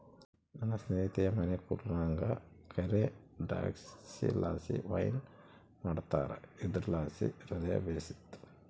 ನನ್ನ ಸ್ನೇಹಿತೆಯ ಮನೆ ಕೂರ್ಗ್ನಾಗ ಕರೇ ದ್ರಾಕ್ಷಿಲಾಸಿ ವೈನ್ ಮಾಡ್ತಾರ ಇದುರ್ಲಾಸಿ ಹೃದಯ ಬೇಶಿತ್ತು